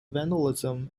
vandalism